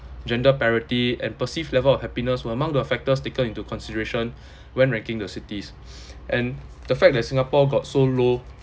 gender parity and perceived level of happiness were among the factors taken into consideration when wrecking the cities and the fact that singapore got so low